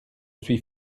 suis